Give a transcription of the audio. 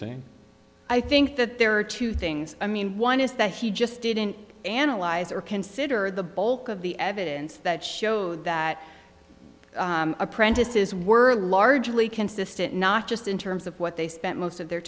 saying i think that there are two things i mean one is that he just didn't analyze or consider the bulk of the evidence that showed that apprentices were largely consistent not just in terms of what they spent most of their